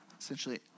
Essentially